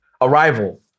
Arrival